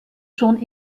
schon